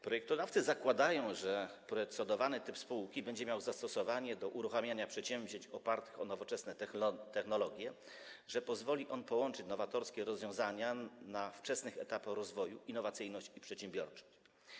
Projektodawcy zakładają, że procedowany typ spółki będzie miał zastosowanie do uruchamiania przedsięwzięć opartych o nowoczesne technologie, że pozwoli on połączyć nowatorskie rozwiązania na wczesnych etapach rozwoju, innowacyjność i przedsiębiorczość.